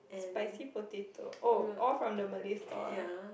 spicy potato oh all from the Malay store ah